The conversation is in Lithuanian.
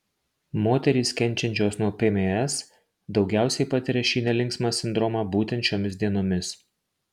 moterys kenčiančios nuo pms daugiausiai patiria šį nelinksmą sindromą būtent šiomis dienomis